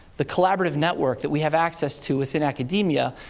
the collaborative network that we have access to within academia,